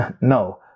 No